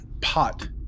pot